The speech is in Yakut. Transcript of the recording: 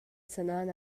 санаан